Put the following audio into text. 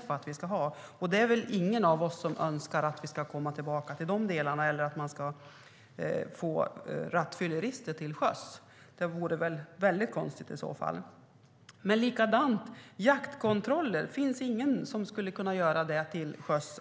att ha. Det är väl ingen av oss som önskar att vi ska komma tillbaka till det. Att kontrollera rattfyllerister till sjöss vore väldigt konstigt. Likadant är det med jaktkontroller. Ingen skulle kunna göra det till sjöss.